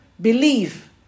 believe